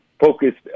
focused